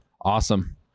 Awesome